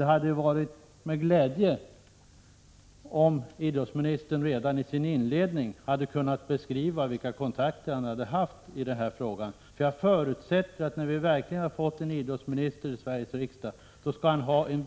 Det hade varit glädjande om idrottsministern redan i sitt svar hade kunnat beskriva vilka kontakter som han haft i frågan. Jag förutsätter att när vi har fått en idrottsminister, då skall han ha en